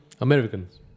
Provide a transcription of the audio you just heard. Americans